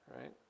right